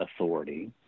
authority